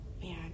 Man